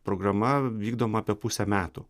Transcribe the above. programa vykdoma apie pusę metų